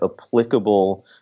applicable